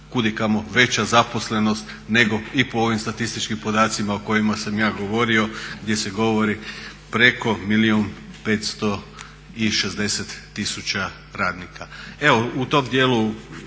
kudikamo veća zaposlenost nego i po ovim statističkim podacima o kojima sam ja govorio, gdje se govori preko milijun 560 tisuća radnika. Evo u tom dijelu